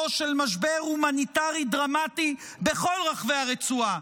של משבר הומניטרי דרמטי בכל רחבי הרצועה,